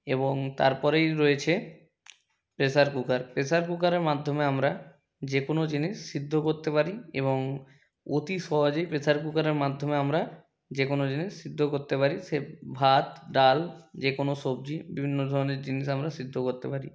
এবং তারপরেই রয়েছে প্রেসার কুকার পেসার কুকারের মাধ্যমে আমরা যে কোনো জিনিস সিদ্ধ করতে পারি এবং অতি সহজেই প্রেসার কুকারের মাধ্যমে আমরা যে কোনো জিনিস সিদ্ধ করতে পারি সে ভাত ডাল যে কোনো সবজি বিভিন্ন ধরনের জিনিস আমরা সিদ্ধ করতে পারি